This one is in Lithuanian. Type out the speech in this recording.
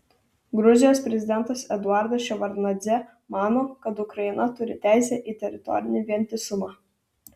gruzijos prezidentas eduardas ševardnadzė mano kad ukraina turi teisę į teritorinį vientisumą